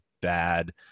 bad